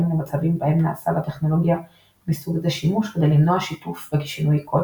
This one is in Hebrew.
למצבים בהם נעשה בטכנולוגיה מסוג זה שימוש כדי למנוע שיתוף ושינוי קוד